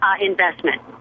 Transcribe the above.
investment